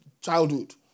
childhood